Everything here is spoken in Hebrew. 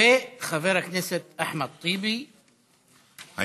חבר הכנסת אחמד טיבי,